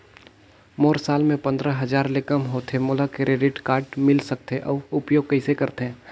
मोर साल मे पंद्रह हजार ले काम होथे मोला क्रेडिट कारड मिल सकथे? अउ उपयोग कइसे करथे?